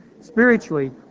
Spiritually